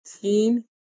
Teen